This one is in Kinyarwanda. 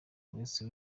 uretse